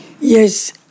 Yes